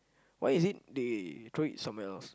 why is it they throw it somewhere else